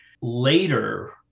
later